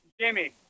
jimmy